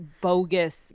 bogus